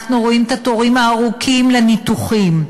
אנחנו רואים את התורים הארוכים לניתוחים,